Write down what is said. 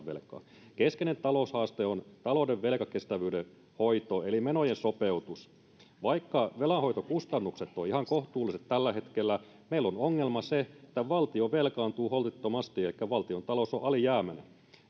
velkaa keskeinen taloushaaste on talouden velkakestävyyden hoito eli menojen sopeutus vaikka velanhoitokustannukset ovat ihan kohtuullisia tällä hetkellä niin meillä on ongelma se että valtio velkaantuu holtittomasti elikkä valtiontalous on alijäämäinen